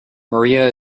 maria